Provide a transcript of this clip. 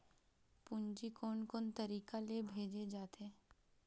पूंजी कोन कोन तरीका ले भेजे जाथे?